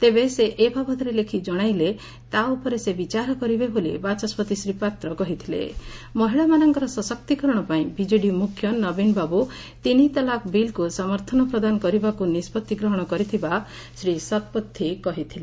ତେବେ ସେ ଏ ବାବଦରେ ଲେଖି ଜଶାଇଲେ ତା ଉପରେ ସେ ବିଚାର କରିବେ ବୋଲି ବାଚ ମହିଳା ମାନଙ୍କର ସଶକ୍ତିକରଣ ପାଇଁ ବିଜେଡି ମୁଖ୍ୟ ନବୀନ ବାବୁ ତିନି ତଲାକ ବିଲକୁ ସମର୍ଥନ ପ୍ରଦାନ କରିବାକୁ ନିଷ୍ବତି ଗ୍ରହଣ କରିଥିବା ଶ୍ରୀ ଶତପଥୀ କହିଥିଲେ